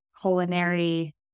culinary